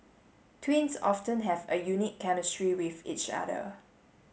twins often have a unique chemistry with each other